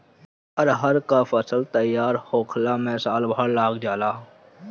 अरहर के फसल तईयार होखला में साल भर लाग जाला